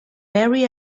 mary